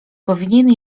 powinien